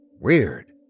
Weird